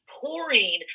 pouring